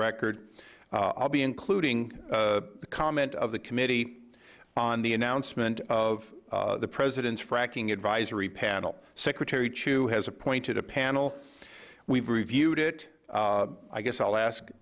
record i'll be including a comment of the committee on the announcement of the president's fracking advisory panel secretary chu has appointed a panel we've reviewed it i guess i'll ask